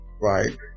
right